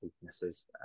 weaknesses